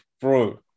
bro